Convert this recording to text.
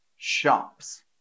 shops